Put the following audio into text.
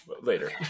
later